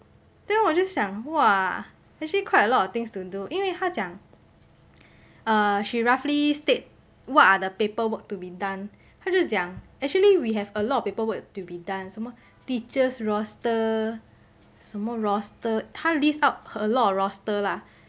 then 我就想 !wah! actually quite a lot of things to do 因为她讲 err she roughly state what are the paperwork to be done 她就讲 actually we have a lot of paperwork to be done 什么 teachers' roster 什么 roster 她 list out a lot of roster lah